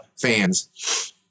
fans